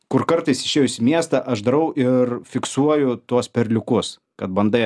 kur kartais išėjus į miestą aš darau ir fiksuoju tuos perliukus kad bandai